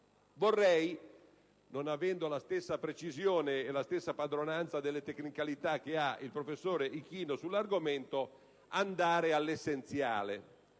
Vorrei, non avendo la stessa precisione e la stessa padronanza delle tecnicalità che ha il professor Ichino sull'argomento, andare all'essenziale.